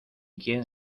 quien